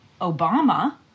Obama